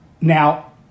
Now